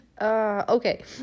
Okay